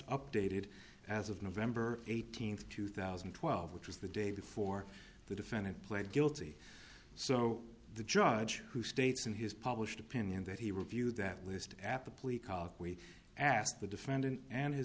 updated as of november eighteenth two thousand and twelve which was the day before the defendant pled guilty so the judge who states in his published opinion that he reviewed that list after plea we asked the defendant and his